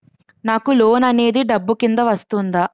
నాకు లోన్ అనేది డబ్బు కిందా వస్తుందా?